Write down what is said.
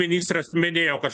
ministras minėjo kad